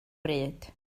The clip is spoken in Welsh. bryd